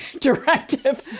directive